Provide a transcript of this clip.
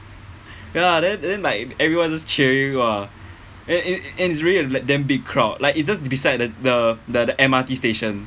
ya lah then then like everyone just cheering you ah and it it's really a like damn big crowd like it's just beside the the the the M_R_T station